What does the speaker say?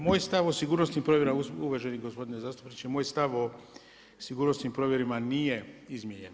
Moj stav o sigurnosti provjere, uvaženi gospodine zastupniče, moj stav o sigurnosnim provjerama nije izmijenjen.